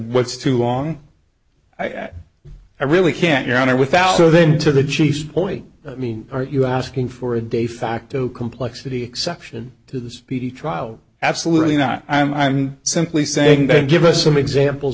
what's too long i get i really can't your honor without so then to the chief point i mean are you asking for a de facto complexity exception to the speedy trial absolutely not i'm simply saying then give us some examples